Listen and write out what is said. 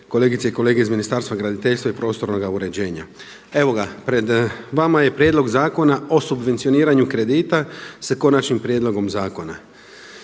kolegice i kolege iz Ministarstva graditeljstva i prostornoga uređenja. Evo ga, pred vama je Prijedlog zakona o subvencioniranju kredita sa Konačnim prijedlogom Zakona.